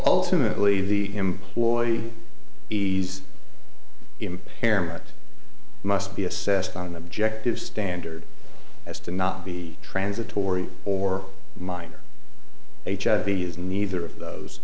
ultimately the employee he's impairment must be assessed on an objective standard as to not be transitory or minor h l v is neither of those